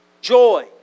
joy